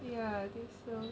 ya I think so